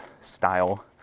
style